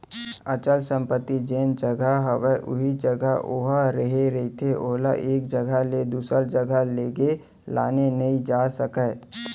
अचल संपत्ति जेन जघा हवय उही जघा ओहा रेहे रहिथे ओला एक जघा ले दूसर जघा लेगे लाने नइ जा सकय